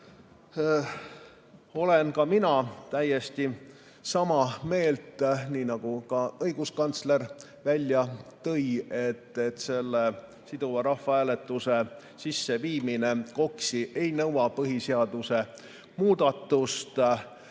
Olen ka mina täiesti seda meelt, nii nagu õiguskantsler välja tõi, et siduva rahvahääletuse sisseviimine KOKS‑i ei nõua põhiseaduse muudatust,